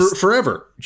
Forever